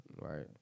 Right